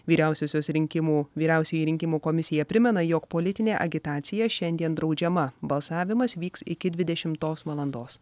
vyriausiosios rinkimų vyriausioji rinkimų komisija primena jog politinė agitacija šiandien draudžiama balsavimas vyks iki dvidešimtos valandos